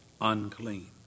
unclean